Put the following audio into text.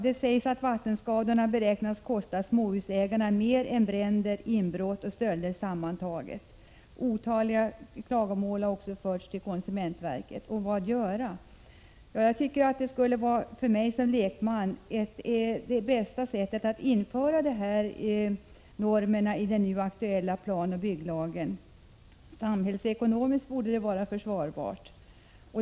Det sägs att vattenskadorna beräknas kosta småhusägarna mer än bränder, inbrott och stölder sammantaget. Otaliga klagomål har också förts fram till konsumentverket. Vad skall man göra? Som lekman tycker jag att det bästa skulle vara att införa dessa normer i den nu aktuella planoch bygglagen. Samhällsekonomiskt borde det vara försvarbart.